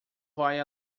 vai